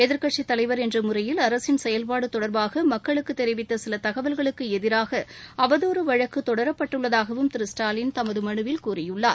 எதிர்கட்சித் தலைவர் என்ற முறையில் அரசின் செயல்பாடு தொடர்பாக மக்களுக்கு தெரிவித்த சில தகவல்களுக்கு எதிராக அவதூறு வழக்கு தொடரப்பட்டுள்ளதாகவும் திரு ஸ்டாலின் தமது மனுவில் கூறியுள்ளார்